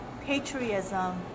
patriotism